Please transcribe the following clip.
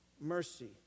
Mercy